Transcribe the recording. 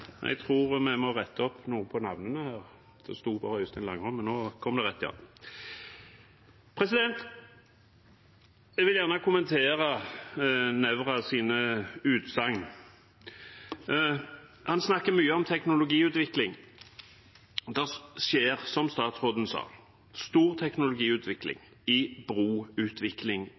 Jeg vil gjerne kommentere Nævras utsagn. Han snakker mye om teknologiutvikling. Det skjer, som statsråden sa, stor teknologiutvikling i